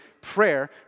prayer